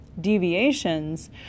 deviations